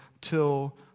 till